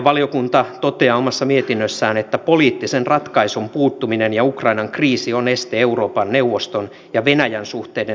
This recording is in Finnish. valiokunta toteaa omassa mietinnössään että poliittisen ratkaisun puuttuminen ja ukrainan kriisi on este euroopan neuvoston ja venäjän suhteiden normalisoinnille